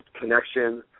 connection